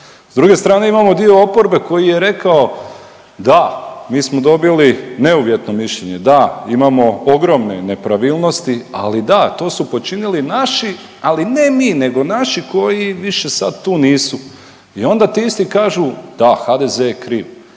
S druge strane imamo dio oporbe koji je rekao da mi smo dobili neuvjetno mišljenje, da imamo ogromne nepravilnosti, ali da to su počinili naši ali ne mi, nego naši koji više sad tu nisu. I onda ti isti kažu, da HDZ je kriv.